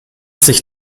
sich